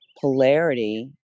polarity